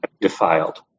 Defiled